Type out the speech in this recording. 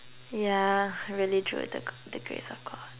yeah really through the the grace of God